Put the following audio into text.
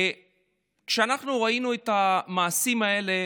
כשאנחנו ראינו את המעשים האלה